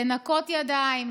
לנקות ידיים,